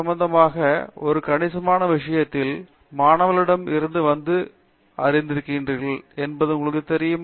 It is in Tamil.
பேராசிரியர் பிரதாப் ஹரிதாஸ் கணிதம் சம்பந்தமாக ஒரு கணிசமான விஷயத்தில் மாணவர்களிடம் இருந்து வந்து அறிந்திருக்கின்றீர்கள் என்பது உங்களுக்கு தெரியுமா